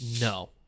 No